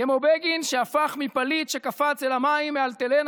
כמו בגין שהפך מפליט שקפץ אל המים מאלטלנה